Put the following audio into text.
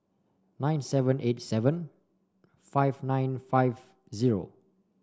nine seven eight seven five nine five zero